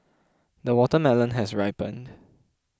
the watermelon has ripened